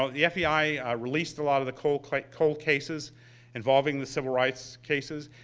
ah the fbi released a lot of the cold like cold cases involving the civil rights cases.